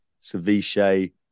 ceviche